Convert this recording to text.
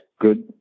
good